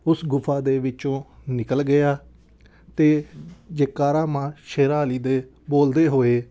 ਉਸ ਗੁਫ਼ਾ ਦੇ ਵਿੱਚੋਂ ਨਿਕਲ ਗਿਆ ਅਤੇ ਜੈਕਾਰਾਂ ਮਾਂ ਸ਼ੇਰਾਂ ਵਾਲੀ ਦੇ ਬੋਲਦੇ ਹੋਏ